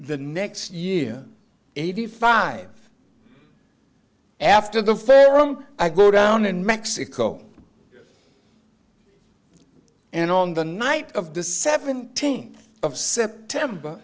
the next year eighty five after the pharaoh i go down in mexico and on the night of the seventeenth of september